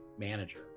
manager